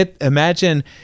imagine